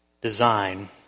design